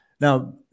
Now